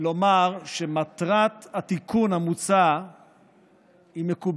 ולומר שמטרת התיקון המוצע מקובלת,